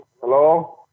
hello